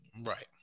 Right